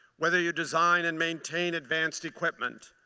whether you design and maintain advanced equipment,